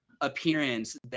appearance